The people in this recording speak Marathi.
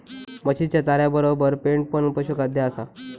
म्हशीच्या चाऱ्यातबरोबर पेंड पण पशुखाद्य असता